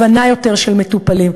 הבנה רבה יותר של מטופלים.